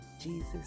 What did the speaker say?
Jesus